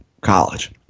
college